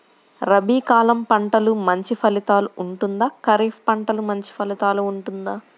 రబీ కాలం పంటలు మంచి ఫలితాలు ఉంటుందా? ఖరీఫ్ పంటలు మంచి ఫలితాలు ఉంటుందా?